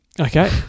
Okay